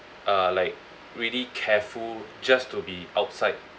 uh like really careful just to be outside